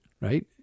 right